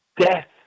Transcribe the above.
death